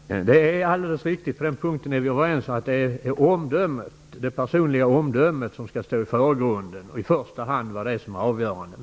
Fru talman! Det är alldeles riktigt. På den punkten är vi överens. Det är det personliga omdömet som skall stå i förgrunden och i första hand vara det avgörande.